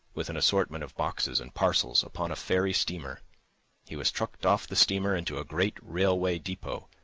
with an assortment of boxes and parcels, upon a ferry steamer he was trucked off the steamer into a great railway depot,